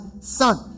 son